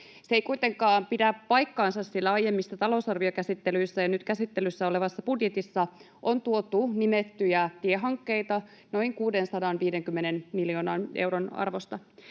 Se ei kuitenkaan pidä paikkaansa, sillä aiemmissa talousarviokäsittelyissä ja nyt käsittelyssä olevassa budjetissa on tuotu nimettyjä tiehankkeita noin 650 miljoonan euron arvosta.